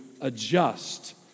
adjust